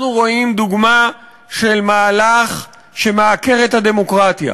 אנחנו רואים דוגמה של מהלך שמעקר את הדמוקרטיה,